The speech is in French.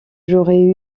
j’aurais